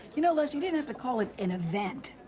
you know les, you didn't have to call it an event,